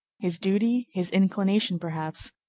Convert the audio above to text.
his duty, his inclination perhaps,